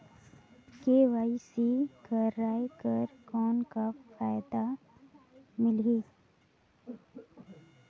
KYC कराय कर कौन का फायदा मिलही?